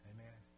Amen